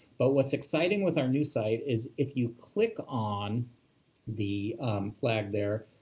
but what's exciting with our new site is if you click on the flag there,